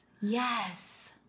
Yes